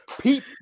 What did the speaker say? Pete